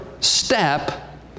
step